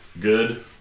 good